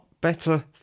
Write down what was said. better